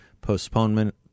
postponement